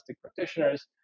practitioners